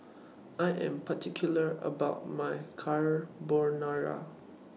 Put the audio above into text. I Am particular about My Carbonara